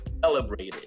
celebrated